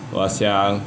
我想